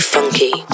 Funky